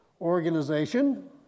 organization